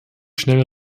schnell